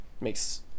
makes